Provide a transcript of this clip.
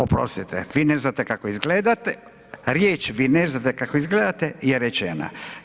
Oprostite vi ne znate kako izgledate, riječ vi ne znate kako izgledate je rečena.